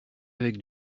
avec